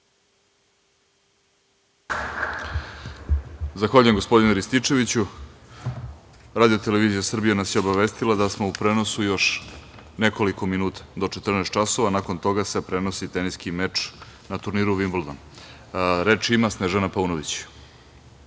Zahvaljujem, gospodine Rističeviću. Radio-televizija Srbije nas je obavestila da smo u prenosu još nekoliko minuta, do 14.00 časova, a nakon toga se prenosi teniski meč na turniru u Vimbldonu. Reč ima Snežana Paunović. Izvolite.